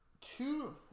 two